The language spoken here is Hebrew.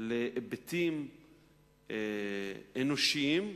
להיבטים אנושיים,